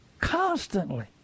constantly